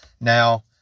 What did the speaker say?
Now